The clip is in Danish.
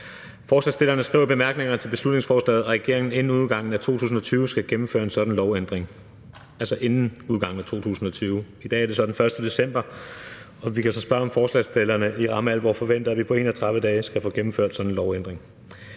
Forslagsstillerne skriver i bemærkningerne til beslutningsforslaget, at regeringen inden udgangen af 2020 skal gennemføre en sådan lovændring, altså inden udgangen af 2020. I dag er det så den 1. december, og vi kan spøge, om forslagsstillerne i ramme alvor forventer, at vi på 31 dage skal få gennemført sådan en lovændring.